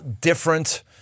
different